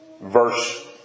verse